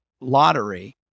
lottery